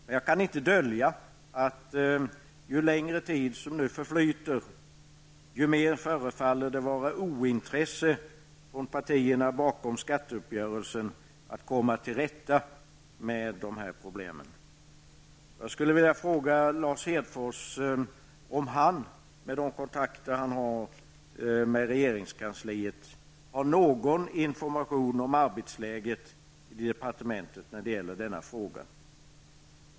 Men jag kan inte dölja att ju längre tid som förflyter, desto mer förefaller det vara ointresse från partierna bakom skatteuppgörelsen att komma till rätta med de här problemen. Jag skulle vilja fråga Lars Hedfors, med de kontakter som han har med regeringskansliet, om han har någon information om arbetsläget i departementet när det gäller den här frågan.